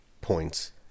points